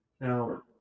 Now